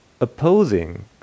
opposing